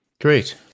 Great